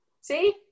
See